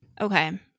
Okay